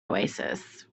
oasis